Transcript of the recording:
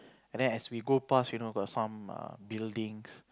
and then as we go past you know got some err buildings